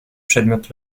przedmiot